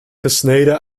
gesneden